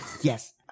Yes